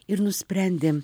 ir nusprendėm